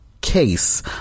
case